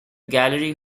gallery